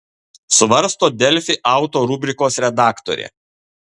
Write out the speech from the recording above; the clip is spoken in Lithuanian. svarsto delfi auto rubrikos redaktorė